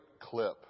clip